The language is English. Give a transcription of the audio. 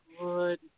good